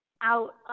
out